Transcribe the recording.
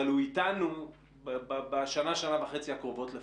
אבל הוא איתנו בשנה, שנה וחצי הקרובות לפחות.